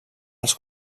als